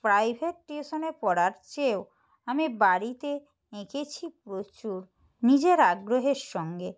private টিউশানে পড়ার চেয়েও আমি বাড়িতে এঁকেছি প্রচুর নিজের আগ্রহের সঙ্গে